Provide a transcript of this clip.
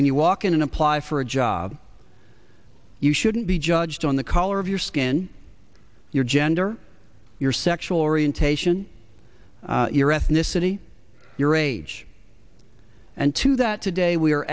when you walk in and apply for a job you shouldn't be judged on the color of your skin your gender your sexual orientation your ethnicity your age and to that today we